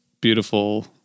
beautiful